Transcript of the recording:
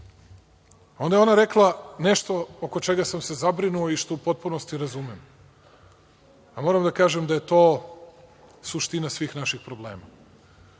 Onda je ona rekla nešto oko čega sam se zabrinuo i što u potpunosti razumem, ali moram da kažem da je to suština svih naših problema.